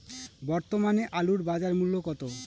বর্তমানে আলুর বাজার মূল্য কত?